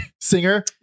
singer